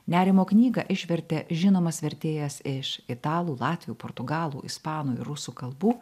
nerimo knygą išvertė žinomas vertėjas iš italų latvių portugalų ispanų ir rusų kalbų